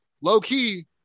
low-key